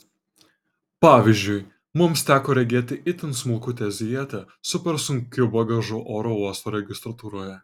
pavyzdžiui mums teko regėti itin smulkutę azijietę su per sunkiu bagažu oro uosto registratūroje